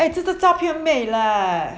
eh 这个照片很美 eh